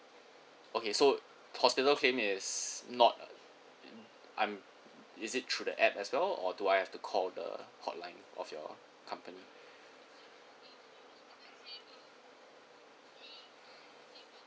okay so hospital claim is not I'm is it through the app as well or do I have to call the hotline of your company